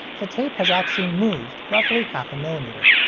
the tape has actually moved roughly half a millimeter.